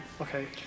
Okay